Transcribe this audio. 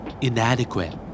Inadequate